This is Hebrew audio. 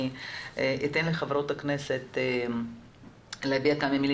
אתן לחברי הכנסת לומר כמה מילים,